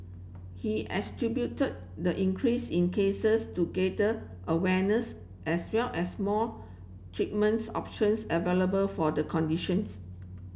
he attributed the increase in cases to greater awareness as well as more treatments options available for the conditions